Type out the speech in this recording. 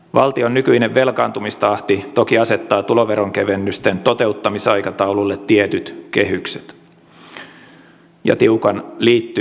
valtion nykyinen velkaantumistahti toki asettaa tuloveron kevennysten toteuttamisaikataululle tietyt kehykset ja tiukan liikkumavaran